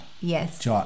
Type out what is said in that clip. Yes